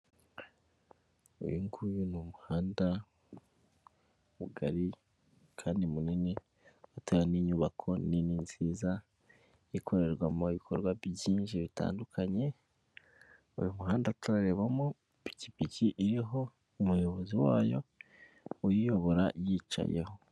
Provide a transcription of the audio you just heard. Uyunguyu ni umuhanda mugari kandi munini ufite n'inyubako nini nziza ikorerwamo ibikorwa byinshi bitandukanye uyu muhanda turarebamo ipikipiki iriho umuyobozi wayo uyiyobora yicayeho.